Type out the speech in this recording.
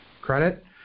credit